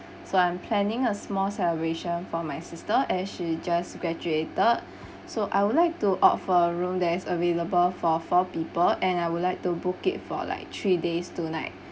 so I'm planning a small celebration for my sister as she just graduated so I would like to opt for a room that is available for four people and I would like to book it for like three days two night